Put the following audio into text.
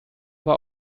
war